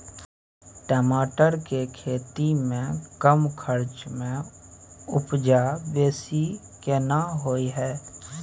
टमाटर के खेती में कम खर्च में उपजा बेसी केना होय है?